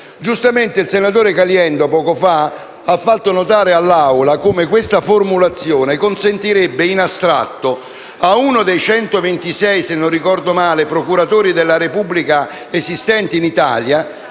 Giustamente il senatore Caliendo, poco fa, ha fatto notare all'Assemblea come questa formulazione consentirebbe in astratto ad uno dei 126 - se non ricordo male - procuratori della Repubblica esistenti in Italia